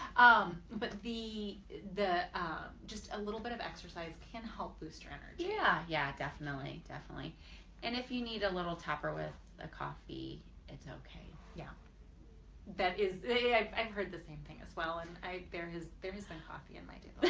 um but the the just a little bit of exercise can help boost your energy yeah yeah definitely definitely and if you need a little topper with a coffee it's okay yeah that is it i've i've heard the same thing as well and i bear news there has been coffee in my but